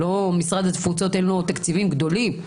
למשרד התפוצות אין תקציבים גדולים,